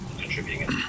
contributing